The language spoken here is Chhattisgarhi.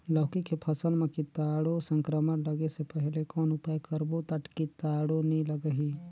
लौकी के फसल मां कीटाणु संक्रमण लगे से पहले कौन उपाय करबो ता कीटाणु नी लगही?